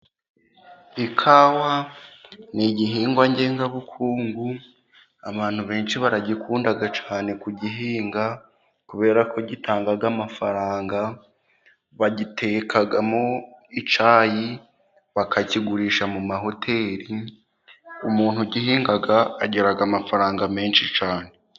Ikawa ni igihingwa ngengabukungu, abantu benshi baragikunda cyane ku gihinga, kubera ko gitanga amafaranga, bagitekamo icyayi bakakigurisha mu mahoteri, umuntu ugihinga agira amafaranga menshi cyane.